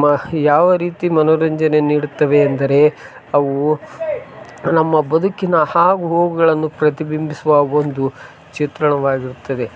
ಮ ಯಾವ ರೀತಿ ಮನೋರಂಜನೆ ನೀಡುತ್ತವೆ ಎಂದರೆ ಅವು ನಮ್ಮ ಬದುಕಿನ ಆಗು ಹೋಗುಗಳನ್ನು ಪ್ರತಿಬಿಂಬಿಸುವ ಒಂದು ಚಿತ್ರಣವಾಗಿರುತ್ತದೆ